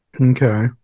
Okay